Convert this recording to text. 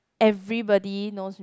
everybody knows me